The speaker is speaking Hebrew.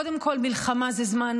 קודם כול, מלחמה זה זמן